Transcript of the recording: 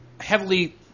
heavily